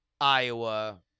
Iowa